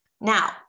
Now